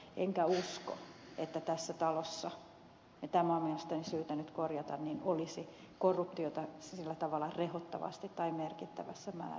enkä usko että tässä talossa ja tämä on mielestäni syytä nyt korjata olisi korruptiota sillä tavalla rehottavasti tai merkittävässä määrin